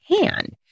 hand